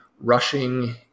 rushing